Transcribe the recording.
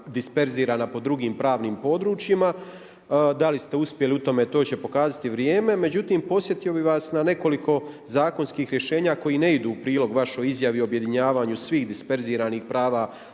disperzirana po drugim pravnim područjima. Da li ste uspjeli u tome, to će pokazati vrijeme, međutim, podsjetio bi vas na nekoliko zakonskih rješenja, koje ne idu u prilog vašoj izjavi o objedinjavanju svih disperziranih prava